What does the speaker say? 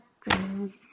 dreams